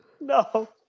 no